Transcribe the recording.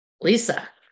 Lisa